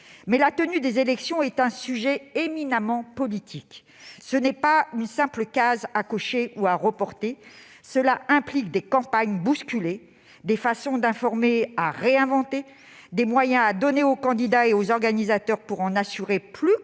que la tenue des élections est un sujet éminemment politique : ce n'est pas une simple case à cocher, un simple report à décider ! Cela implique des campagnes bousculées, des façons d'informer à réinventer, des moyens à donner aux candidats et aux organisateurs pour assurer, au-delà du